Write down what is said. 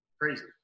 Crazy